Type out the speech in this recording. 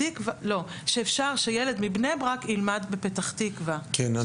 אומר שאפשר שילד מבני ברק ילמד מפתח תקווה --- כן,